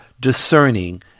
discerning